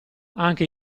anche